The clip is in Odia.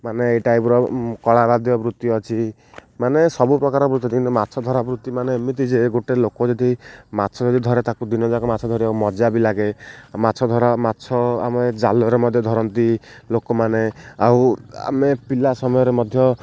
ମାନେ ଏଇ ଟାଇପ୍ର କଳା ବାଦ୍ୟ ବୃତ୍ତି ଅଛି ମାନେ ସବୁ ପ୍ରକାର ବୃତ୍ତି କି ମାଛ ଧରା ବୃତ୍ତି ମାନେ ଏମିତି ଯେ ଗୋଟେ ଲୋକ ଯଦି ମାଛ ଯଦି ଧରେ ତାକୁ ଦିନଯାକ ମାଛ ଧରି ମଜା ବି ଲାଗେ ମାଛ ଧରା ମାଛ ଆମେ ଜାଲରେ ମଧ୍ୟ ଧରନ୍ତି ଲୋକମାନେ ଆଉ ଆମେ ପିଲା ସମୟରେ ମଧ୍ୟ